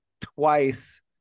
twice